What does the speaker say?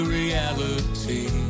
reality